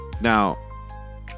Now